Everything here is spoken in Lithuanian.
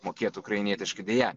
mokėt ukrainietiškai deja